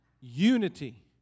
Unity